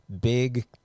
big